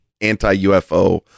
anti-UFO